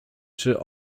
czy